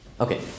Okay